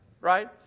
right